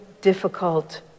difficult